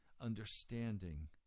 understanding